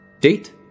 Date